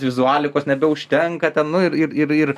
vizualikos nebeužtenka ten nu ir ir ir ir